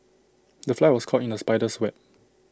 the fly was caught in the spider's web